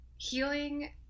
healing